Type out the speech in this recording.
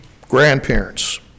grandparents